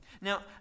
Now